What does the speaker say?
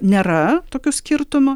nėra tokių skirtumų